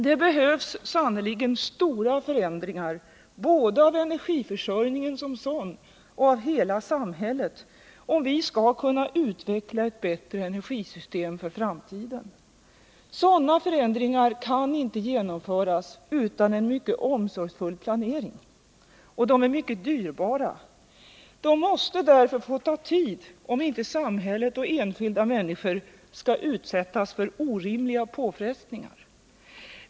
Det behövs sannerligen stora förändringar både av energiförsörjningen som sådan och av hela samhället om vi skall kunna utveckla ett bättre energisystem för framtiden. Sådana förändringar kan inte genomföras utan en mycket omsorgsfull planering. De är mycket dyrbara. De måste därför få ta tid, om inte samhället och enskilda människor skall utsättas för orimliga påfrestningar.